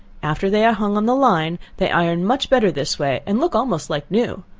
after they are hung on the line, they iron much better this way, and look almost like new,